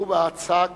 לובה עסק